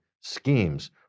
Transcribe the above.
schemes